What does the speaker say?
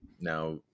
now